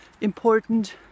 Important